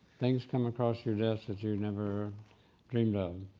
things come across your desk that you never dreamed of,